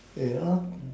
ya